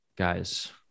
guys